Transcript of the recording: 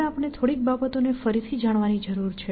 હવે આપણે થોડીક બાબતોને ફરીથી જાણવાની જરૂર છે